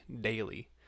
daily